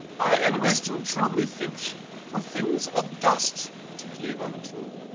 aye, and wisdom true, methinks, for things of dust to cleave unto!